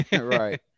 right